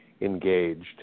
engaged